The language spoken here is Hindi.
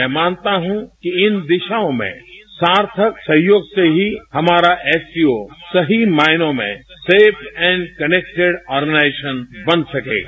मैं मानता हूं कि इन दिशाओं में सार्थक सहयोग से ही हमारा एससीओ सही मायनों में सेफ एंड कनेक्टेड आर्गनाइजेशन बन सकेगा